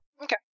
Okay